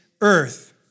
earth